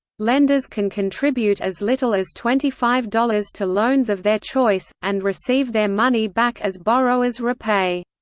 lenders can contribute as little as twenty five dollars to loans of their choice, and receive their money back as borrowers repay.